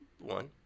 one